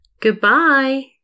Goodbye